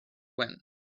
when